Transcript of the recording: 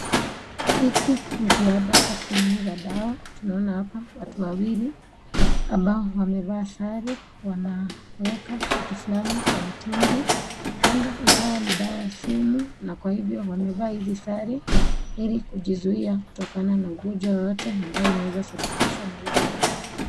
Hiki ni kiwanda cha kutengeneza dawa. Tunaona hapa watu wawili wanaweka kitu fulani kwa mtungi huenda ikawa ni dawa sumu na kwa hivyo wamevaa hizi sare ili kujizuia kutokana na ugonjwa yeyote inaweza tokana na hizi dawa.